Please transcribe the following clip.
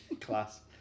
class